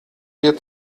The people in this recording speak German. wir